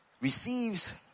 receives